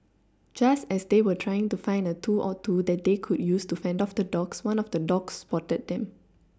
just as they were trying to find a tool or two that they could use to fend off the dogs one of the dogs spotted them